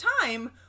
time